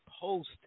post